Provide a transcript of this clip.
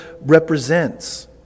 represents